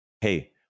Hey